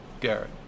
Garrett